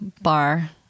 bar